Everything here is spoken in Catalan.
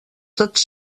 tots